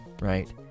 right